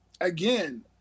again